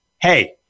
hey